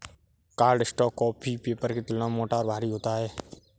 cardstock copy paper की तुलना में मोटा और भारी होता है